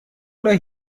oder